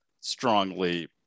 strongly